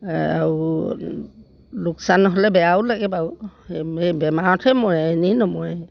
আৰু লোকচান নহ'লে বেয়াও লাগে বাৰু এই বেমাৰতহে মৰে এনেই নমৰে